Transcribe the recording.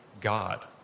God